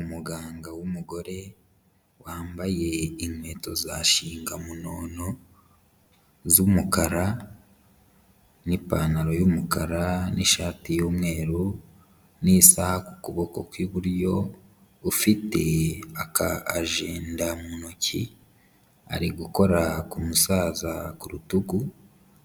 Umuganga w'umugore, wambaye inkweto za shingamunono z'umukara n'ipantaro y'umukara n'ishati y'umweru n'isaha ku kuboko kw'iburyo, ufite aka ajenda mu ntoki, ari gukora ku musaza ku rutugu,